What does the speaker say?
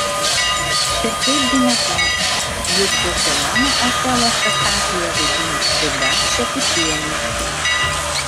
ir kaipgi neplos juk dezdemoną otelo spektaklyje vaidino vida šeputienė